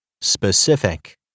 Specific